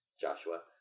Joshua